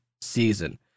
season